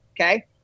Okay